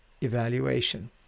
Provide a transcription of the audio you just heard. evaluation